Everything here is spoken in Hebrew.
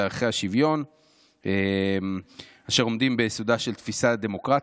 לערכי השוויון אשר עומדים ביסודה של תפיסה דמוקרטית,